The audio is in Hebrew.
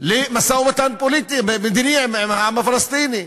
למשא-ומתן פוליטי-מדיני עם העם הפלסטיני.